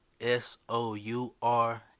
S-O-U-R